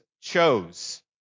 chose